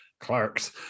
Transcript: Clarks